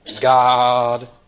God